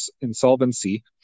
insolvency